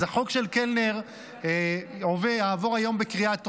אז החוק של קלנר יעבור היום בקריאה טרומית.